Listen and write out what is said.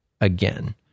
again